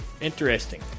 interesting